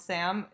Sam